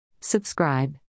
Subscribe